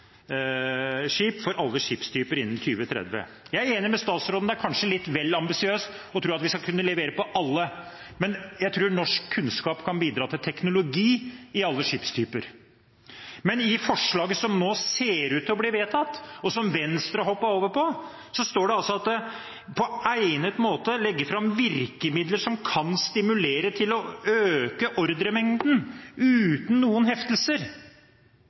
for alle skipstyper innen 2030.» Jeg er enig med statsråden – det er kanskje litt vel ambisiøst å tro at vi skal kunne levere på alle, men jeg tror at norsk kunnskap kan bidra til teknologi i alle skipstyper. Men i forslaget som nå ser ut til å bli vedtatt, og som Venstre hoppet over på, står det altså: på egnet måte legge fram virkemidler som kan stimulere til å øke ordremengden, uten noen heftelser.